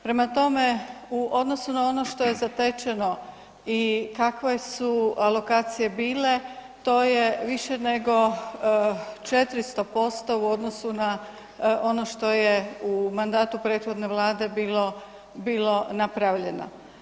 Prema tome, u odnosu na ono što je zatečeno i kakve su alokacije bile, to je više nego 400% u odnosu na ono što je u mandatu prethodne Vlade bilo napravljeno.